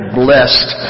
blessed